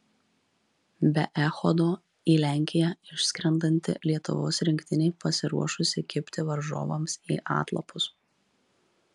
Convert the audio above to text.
be echodo į lenkiją išskrendanti lietuvos rinktinė pasiruošusi kibti varžovams į atlapus